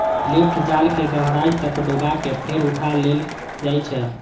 lift जाल कें गहराइ तक डुबा कें फेर उठा लेल जाइ छै